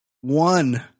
one